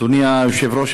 אדוני היושב-ראש,